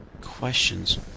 Questions